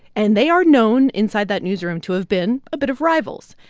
and they are known inside that newsroom to have been a bit of rivals.